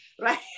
right